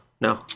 No